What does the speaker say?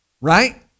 Right